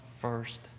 first